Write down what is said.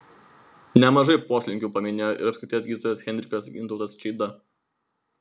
nemažai poslinkių paminėjo ir apskrities gydytojas henrikas gintautas čeida